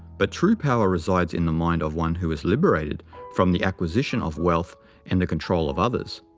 but true power resides in the mind of one who is liberated from the acquisition of wealth and the control of others.